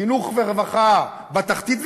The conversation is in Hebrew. חינוך ורווחה בתחתית,